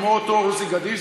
כמו אותו עוזי גדיש,